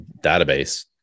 database